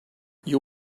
you